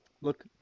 Look